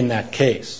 in that case